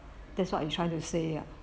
that's what you trying to say ya